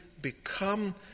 become